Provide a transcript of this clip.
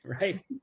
right